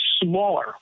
smaller